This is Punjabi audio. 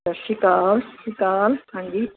ਸਤਿ ਸ਼੍ਰੀ ਅਕਾਲ ਸਤਿ ਸ਼੍ਰੀ ਅਕਾਲ ਹਾਂਜੀ